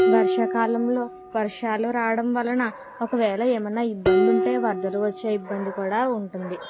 వర్షాకాలంలో వర్షాలు రావడం వలన ఒకవేళ ఎమన్నా ఇబ్బంది ఉంటే వరదలు వచ్చే ఇబ్బంది కూడా ఉంటుంది